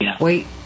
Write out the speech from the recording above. Wait